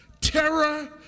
Terror